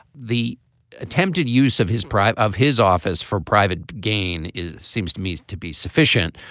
the attempted use of his prior of his office for private gain is seems to me to be sufficient.